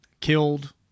killed